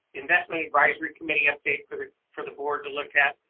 investment advisory committee update for the for the board to look at.